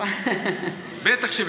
(קוראת בשמות חברי הכנסת) אוסאמה